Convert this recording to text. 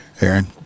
Aaron